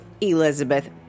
Elizabeth